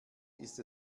ist